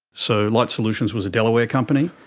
so light solutions was a delaware company,